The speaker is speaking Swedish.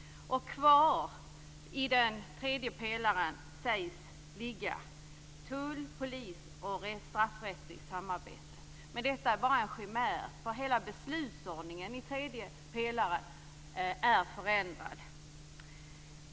Kvar i den tredje pelaren sägs finnas tull, polis och straffrättsligt samarbete. Men detta är bara en chimär, därför att hela beslutsordningen i tredje pelaren är förändrad.